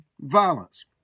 violence